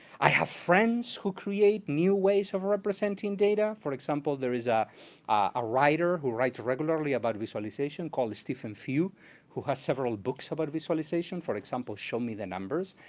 i have friends who create new ways of representing data. for example, there is ah a writer who writes regularly about the visualization called stephen few who has several books about visualization, for example, show me the numbers.